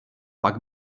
pak